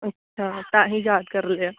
ਅੱਛਾ ਤਾਂਹੀ ਯਾਦ ਕਰ ਲਿਆ